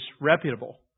reputable